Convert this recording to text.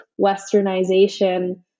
westernization